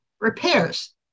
repairs